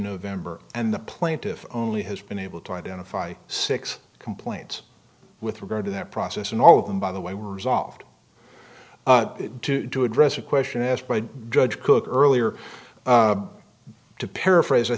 november and the plaintive only has been able to identify six complaints with regard to that process and all of them by the way were resolved to address a question asked by judge cooke earlier to paraphrase i